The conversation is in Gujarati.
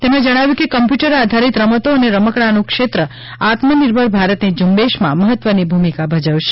તેમણે જણાવ્યું કે કમ્પ્યુટર આધારિત રમતો અને રમકડાનું ક્ષેત્ર આત્મનિર્ભર ભારતની ઝુંબેશમાં મહત્વની ભૂમિકા ભજવશે